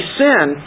sin